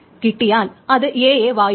കിട്ടിയാൽ അത് a യെ വായിക്കും